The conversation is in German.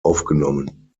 aufgenommen